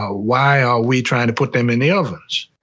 ah why are we trying to put them in the ovens?